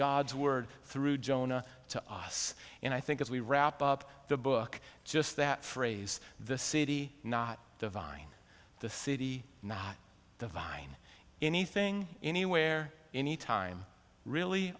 god's word through jonah to us and i think as we wrap up the book just that phrase the city not the vine the city not the vine anything anywhere anytime really